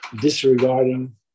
disregarding